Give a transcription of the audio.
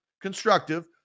constructive